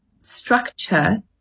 structure